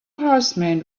horsemen